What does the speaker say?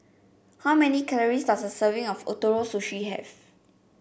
how many calories does a serving of Ootoro Sushi have